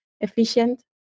efficient